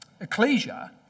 Ecclesia